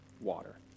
water